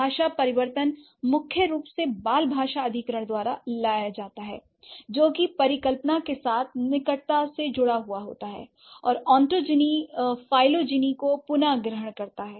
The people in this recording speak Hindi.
भाषा परिवर्तन मुख्य रूप से बाल भाषा अधिग्रहण द्वारा लाया जाता है जो कि परिकल्पना के साथ निकटता से जुड़ा हुआ है और ओटोजिनी फ़ाइग्लोजेनी को पुन ग्रहण करता है